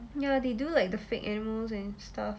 ya they do like the fake animals and stuff